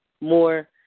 more